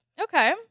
Okay